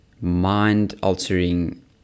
mind-altering